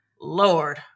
Lord